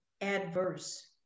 adverse